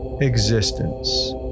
existence